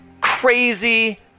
crazy